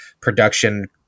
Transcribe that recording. production